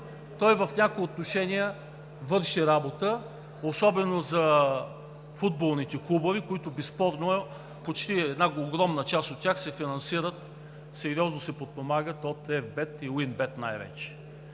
Той в някои отношения върши работа, особено за футболните клубове, които безспорно, една огромна част от тях се финансират, сериозно се подпомагат от „Ефбет“ и „Уинбет“ най-вече.